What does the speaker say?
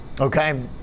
Okay